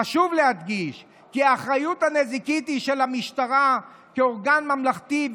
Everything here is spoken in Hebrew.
חשוב להדגיש כי האחריות הנזיקית היא של המשטרה כאורגן ממלכתי,